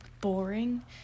boring